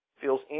feels